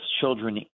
children